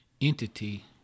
Entity